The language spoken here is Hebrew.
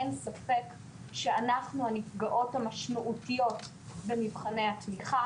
אין ספק שאנחנו הנפגעות המשמעותיות במבחני התמיכה.